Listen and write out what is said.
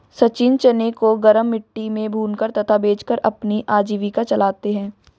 सचिन चने को गरम मिट्टी में भूनकर तथा बेचकर अपनी आजीविका चलाते हैं